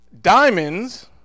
Diamonds